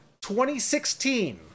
2016